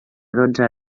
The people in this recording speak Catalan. dotze